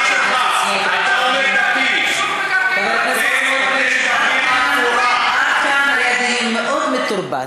עד כאן היה דיון מאוד מתורבת.